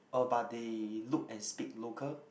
uh but they look and speak local